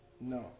no